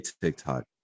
tiktok